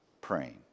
praying